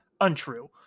untrue